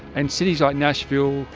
and cities like nashville,